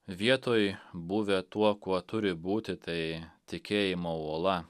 vietoj buvę tuo kuo turi būti tai tikėjimo uola